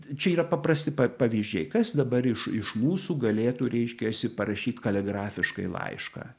čia yra paprasti pa pavyzdžiai kas dabar iš iš mūsų galėtų reiškiasi parašyt kaligrafiškai laišką